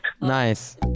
Nice